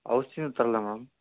ಔಷಧಿನೂ ತರಲಾ ಮೇಡಮ್